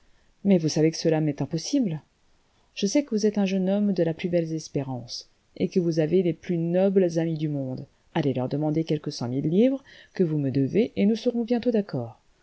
mais vous savez que cela m'est impossible je sais que vous êtes un jeune homme de la plus belle espérance et que vous avez les plus nobles amis du monde allez leur demander quelques cent mille livres que vous me devez et nous serons bientôt d'accord